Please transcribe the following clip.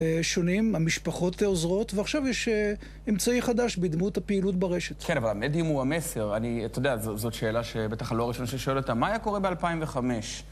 שונים, המשפחות עוזרות, ועכשיו יש אמצעי חדש בדמות הפעילות ברשת. כן, אבל המדיום הוא המסר. אני, אתה יודע, זאת שאלה שבטח אני לא הראשון ששואל אותה. מה היה קורה ב-2005?